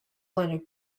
landed